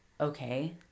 okay